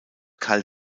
carl